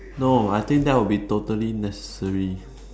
no I think that will be totally necessary